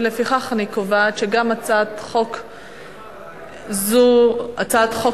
לפיכך, אני קובעת שגם הצעת חוק זו, הצעת חוק